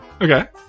Okay